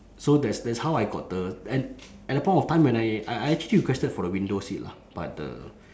so that's that's how I got the and at that point of time when I I I actually requested for the window seat lah but the